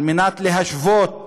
על מנת להשוות